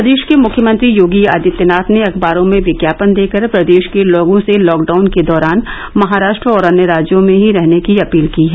प्रदेश के मुख्यमंत्री योगी आदित्यनाथ ने अखबारों में विज्ञापन देकर प्रदेश के लोगों से लॉकडाउन के दौरान महाराष्ट्र और अन्य राज्यों में ही रहने की अपील की है